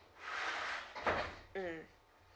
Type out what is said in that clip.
mm